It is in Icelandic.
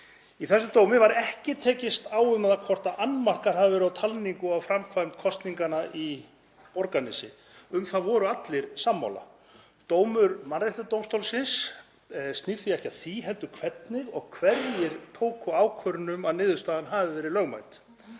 Í þessum dómi var ekki tekist á um það hvort annmarkar hafi verið á talningu og framkvæmd kosninganna í Borgarnesi. Um það voru allir sammála. Dómur Mannréttindadómstólsins snýr því ekki að því heldur hverjir tóku ákvörðun um að niðurstaðan hafi verið lögmæt